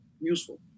useful